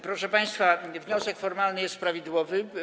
Proszę państwa, wniosek formalny jest prawidłowy.